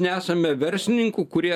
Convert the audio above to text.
nesame verslininkų kurie